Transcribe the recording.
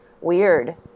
weird